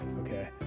Okay